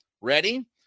ready